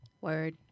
Word